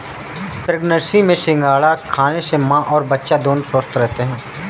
pregnancy में सिंघाड़ा खाने से मां और बच्चा दोनों स्वस्थ रहते है